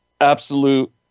Absolute